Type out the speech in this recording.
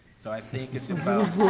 so i think it's and